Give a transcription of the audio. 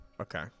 Okay